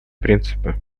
принципы